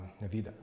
Navida